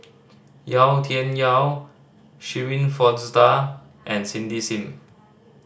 Yau Tian Yau Shirin Fozdar and Cindy Sim